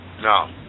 No